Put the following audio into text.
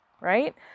Right